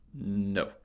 No